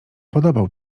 podobał